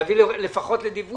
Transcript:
לפחות לדיווח.